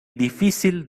difícil